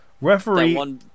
Referee